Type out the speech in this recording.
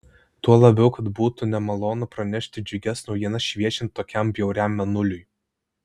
tuo labiau kad būtų nemalonu pranešti džiugias naujienas šviečiant tokiam bjauriam mėnuliui